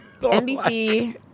NBC